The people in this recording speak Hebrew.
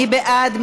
מי בעד?